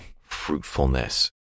fruitfulness